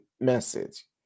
message